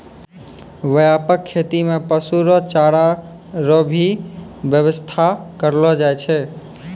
व्यापक खेती मे पशु रो चारा रो भी व्याबस्था करलो जाय छै